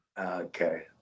Okay